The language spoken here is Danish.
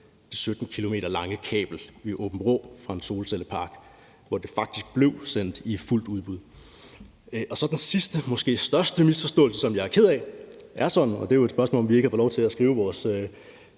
det 17 km lange kabel ved Aabenraa fra en solcellepark, og hvor det faktisk blev sendt i fuldt udbud. Så er der den sidste og måske største misforståelse, som jeg er ked af – og det er jo et spørgsmål om, at vi ikke har fået lov til at skrive vores